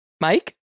Mike